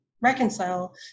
reconcile